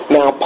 Now